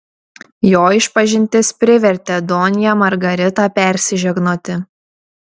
jo išpažintis privertė donją margaritą persižegnoti